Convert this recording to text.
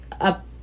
up